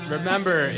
Remember